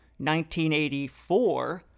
1984